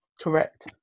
correct